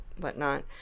whatnot